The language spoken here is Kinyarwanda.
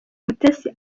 mutesi